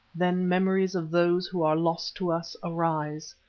then memories of those who are lost to us arise,